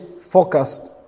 focused